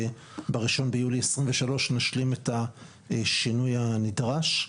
שב-1 ביולי 2023 נשלים את השינוי הנדרש.